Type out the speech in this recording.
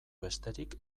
besterik